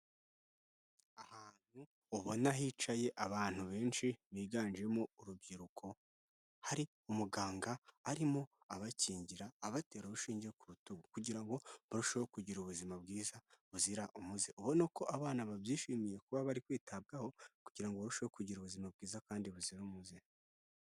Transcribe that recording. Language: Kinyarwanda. Ahantu ubona hicaye abantu benshi biganjemo urubyiruko, hari umuganga arimo abakingira abatera urushinge ku rutugu kugira ngo barusheho kugira ubuzima bwiza buzira umuze. Urabona ko abana babyishimiye kuba bari kwitabwaho kugira ngo barusheho kugira ubuzima bwiza kandi buzira umuze.